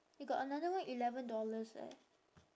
eh got another one eleven dollars eh